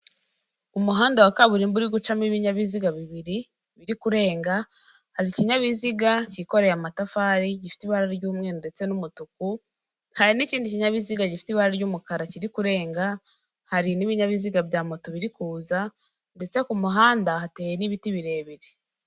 Umuhanda wa kaburimbo uri gucamo ibinyabiziga bibiri biri kurenga, hari ikinyabiziga cyikoreye amatafari gifite ibara ry'umweru ndetse n'umutuku, hari n'ikindi kinyabiziga gifite ibara ry'umukara kiri kurenga, hari n'ibinyabiziga bya moto biri kuza, ndetse ku muhanda hateye n'ibiti birebire.